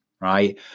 right